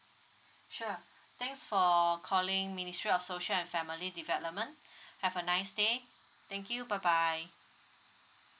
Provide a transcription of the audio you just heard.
sure thanks for calling ministry of social and family development have a nice day thank you bye bye